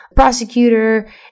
prosecutor